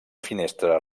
finestra